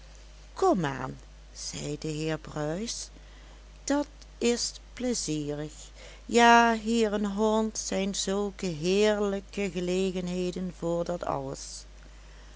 aan zei de heer bruis dat s pleizierig ja hier in holland zijn zulke heerlijke gelegenheden voor dat alles